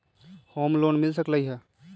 Home loan मिल सकलइ ह?